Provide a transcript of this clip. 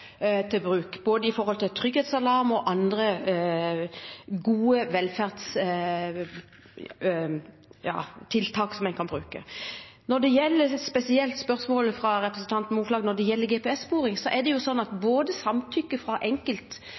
i bruken – både trygghetsalarm og andre gode velferdstiltak som en kan bruke. Når det gjelder spørsmålet fra representanten Moflag om GPS-sporing spesielt, er det sånn at samtykke fra